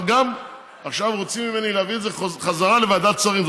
אבל גם עכשיו רוצים ממני להעביר את זה חזרה לוועדת שרים.